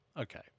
okay